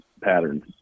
patterns